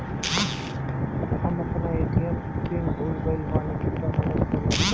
हम अपन ATM PIN भूल गएल बानी, कृपया मदद करीं